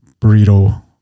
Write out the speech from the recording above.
burrito